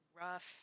rough